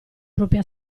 propria